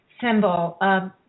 symbol